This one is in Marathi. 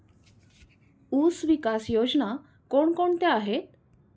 ऊसविकास योजना कोण कोणत्या आहेत?